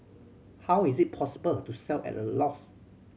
how is it possible to sell at a loss